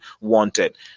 wanted